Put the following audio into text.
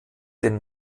den